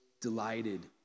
delighted